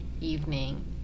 evening